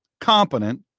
competent